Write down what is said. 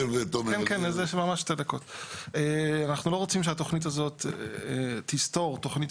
אנחנו לא רוצים שהתוכנית הזאת תסתור תוכנית